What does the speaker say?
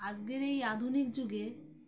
আজকের এই আধুনিক যুগে